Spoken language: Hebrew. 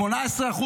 18%,